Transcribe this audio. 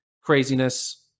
craziness